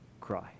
cry